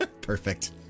Perfect